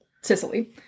Sicily